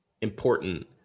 important